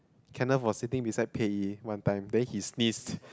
Kenneth was sitting beside Pei-Yi one time then he sneezed